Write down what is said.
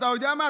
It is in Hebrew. אתה יודע מה,